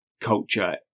culture